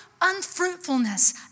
unfruitfulness